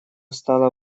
стало